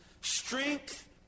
strength